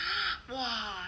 !wah!